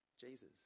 Jesus